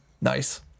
Nice